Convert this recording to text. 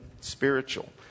spiritual